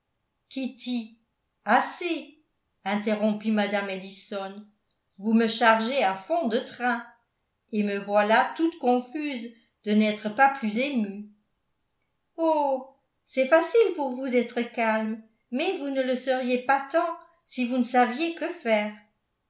assez interrompit mme ellison vous me chargez à fonds de train et me voilà toute confuse de n'être pas plus émue oh c'est facile pour vous d'être calme mais vous ne le seriez pas tant si vous ne saviez que faire